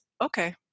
okay